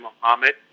Muhammad